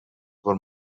were